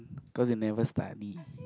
because you never study